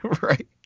right